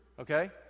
Okay